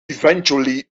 eventually